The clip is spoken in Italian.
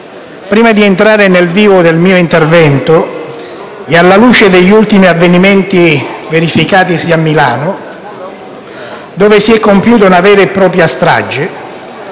prima di entrare nel vivo del mio intervento e alla luce degli ultimi avvenimenti verificatisi a Milano, dove si è compiuta una vera propria strage,